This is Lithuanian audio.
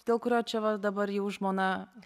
dėl kurio čia va dabar jau žmona